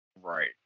right